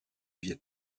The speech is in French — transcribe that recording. viêt